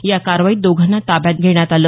या कारवाईत दोघांना ताब्यात घेण्यात आलं